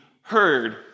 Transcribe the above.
heard